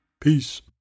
Peace